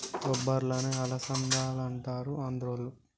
బొబ్బర్లనే అలసందలంటారు ఆంద్రోళ్ళు